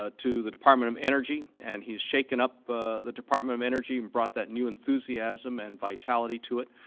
ah to the department of energy, and he's shaken up the department of energy and brought that new enthusiasm and vitality to it.